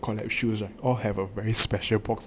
collab shoes are all have a very special box